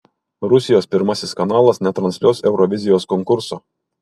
rusijos pirmasis kanalas netransliuos eurovizijos konkurso